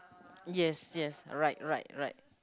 yes yes right right right